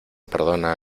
perdona